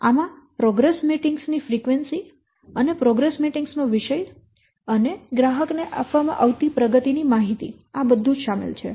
આમાં progress meetings ની frequency અને પ્રોગ્રેસ મીટિંગ્સ નો વિષય અને ગ્રાહક ને આપવામાં આવતી પ્રગતિ ની માહિતી શામેલ છે